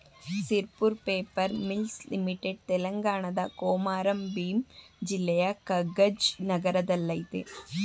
Sirpur paper mills limited ತೆಲಂಗಾಣದ ಕೊಮಾರಂ ಭೀಮ್ ಜಿಲ್ಲೆಯ ಕಗಜ್ ನಗರದಲ್ಲಯ್ತೆ